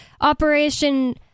Operation